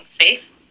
safe